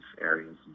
areas